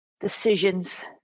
decisions